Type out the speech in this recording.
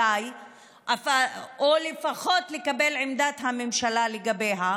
או לפחות לקבל את עמדת הממשלה לגביה,